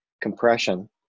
compression